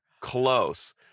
Close